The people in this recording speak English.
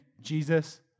Jesus